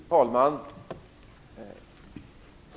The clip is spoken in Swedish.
Fru talman!